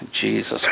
Jesus